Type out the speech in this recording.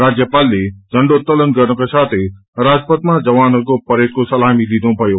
राज्यपालले झण्डोत्तोलन गर्नुका साथै राजपाथमा जवानहरूको परेडको सलामी लिनुभयो